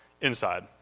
inside